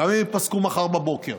גם אם ייפסקו מחר בבוקר.